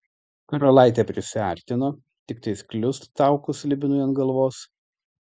karalaitė prisiartino tiktai kliust taukus slibinui ant galvos